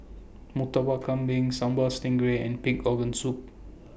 Murtabak Kambing Sambal Stingray and Pig Organ Soup